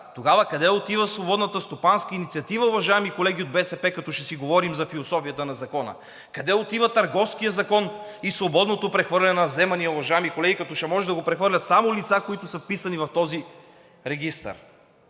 Тогава къде отива свободната стопанска инициатива, уважаеми колеги от БСП, като ще си говорим за философията на Закона? Къде отива Търговският закон и свободното прехвърляне на вземания, уважаеми колеги, като ще може да го прехвърлят само на лица, които са вписани в този регистър?